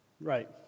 Right